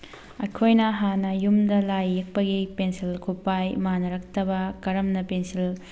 ꯑꯩꯈꯣꯏꯅ ꯍꯥꯟꯅ ꯌꯨꯝꯗ ꯂꯥꯏ ꯌꯦꯛꯄꯒꯤ ꯄꯦꯟꯁꯤꯜ ꯈꯨꯠꯄꯥꯏ ꯃꯥꯟꯅꯔꯛꯇꯕ ꯀꯔꯝꯅ ꯄꯦꯟꯁꯤꯜ